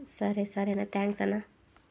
సరే సరే అన్నా థ్యాంక్స్ అన్నా